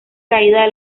caída